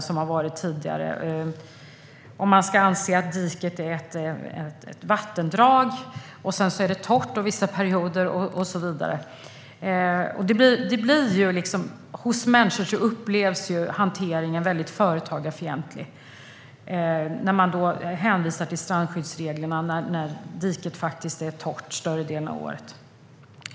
Frågan var om man ska anse att diket är ett vattendrag när det är torrt under vissa perioder. Människor upplever hanteringen som väldigt företagarfientlig när man hänvisar till strandsskyddsreglerna och diket är torrt större delen av året.